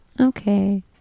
Okay